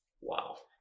Wow